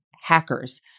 hackers